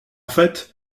fait